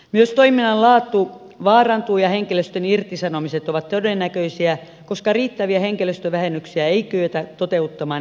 myös toiminnan laatu vaarantuu ja henkilöstön irtisanomiset ovat todennäköisiä koska riittäviä hen kilöstövähennyksiä ei kyetä toteuttamaan eläköitymisen kautta